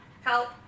Help